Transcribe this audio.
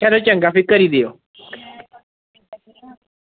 चलो चंगा फिर करी देओ